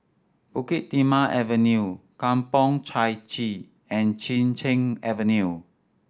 Bukit Timah Avenue Kampong Chai Chee and Chin Cheng Avenue